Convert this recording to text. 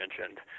mentioned